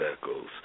circles